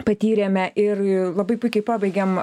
patyrėme ir labai puikiai pabaigėm